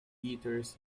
eaters